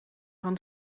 van